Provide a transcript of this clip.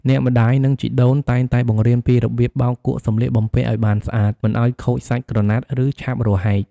អ្នកម្ដាយ និងជីដូនតែងតែបង្រៀនពីរបៀបបោកគក់សម្លៀកបំពាក់ឲ្យបានស្អាត មិនឲ្យខូចសាច់ក្រណាត់ ឬឆាប់រហែក។